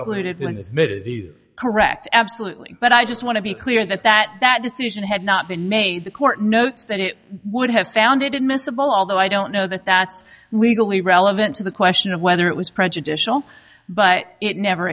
was correct absolutely but i just want to be clear that that that decision had not been made the court notes that it would have found it miscible although i don't know that that's legally relevant to the question of whether it was prejudicial but it never